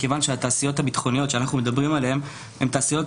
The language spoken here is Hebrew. מכיוון שהתעשיות הביטחוניות שאנחנו מדברים עליהן הן תעשיות,